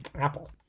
apple